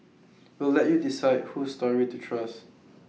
we'll let you decide whose story to trust